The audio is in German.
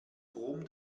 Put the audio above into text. brom